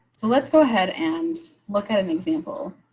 so let's go ahead and look at an example.